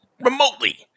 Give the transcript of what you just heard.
remotely